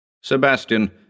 Sebastian